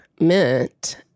meant